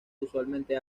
usualmente